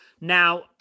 Now